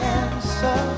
answer